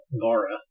Laura